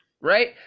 Right